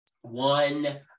one